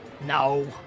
No